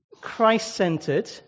Christ-centered